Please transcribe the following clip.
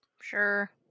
Sure